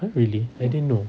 !huh! really I didn't know